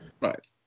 Right